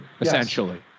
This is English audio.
Essentially